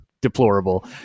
deplorable